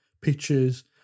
pictures